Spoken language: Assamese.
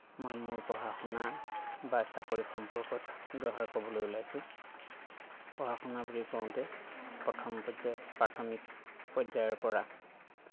মই মোৰ পঢ়া শুনা বা চকৰি সম্পৰ্কত দুআষাৰ ক'বলৈ ওলাইছোঁ পঢ়া শুনা বুলি কওঁতে প্ৰথম পৰ্যায়ত প্ৰাথমিক পৰ্যায়ৰ পৰা